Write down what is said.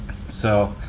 so,